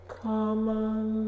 common